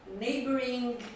neighboring